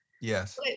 Yes